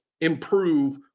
improve